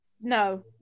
No